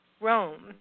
Rome